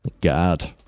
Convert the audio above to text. God